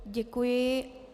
Děkuji.